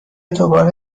دوباره